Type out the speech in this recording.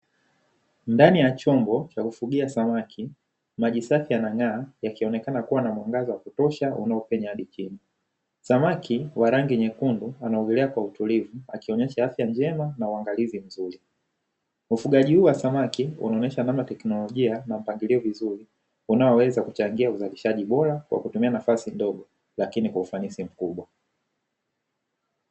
Ndani ya chombo cha kufugia samaki, maji safi yanang'aa yakionekana kuwa na mwangaza wa kutosha unaopenya hadi chini. Samaki wa rangi nyekundu anaongelea kwa utulivu, akionyesha afya njema na uangalizi mzuri. Ufugaji huu wa samaki unaonyesha namna teknolojia na mpangilio mzuri unaoweza kuchangia uzalishaji bora kwa kutumia nafasi ndogo, lakini kwa ufanisi mkubwa.